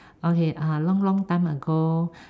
okay uh long long time ago